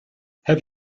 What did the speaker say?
have